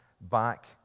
back